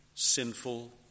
Sinful